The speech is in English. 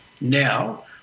Now